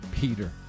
Peter